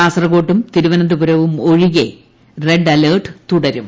കാസർഗോഡും തിരുവനന്തപുരവും ഒഴികെ red alert തുടരും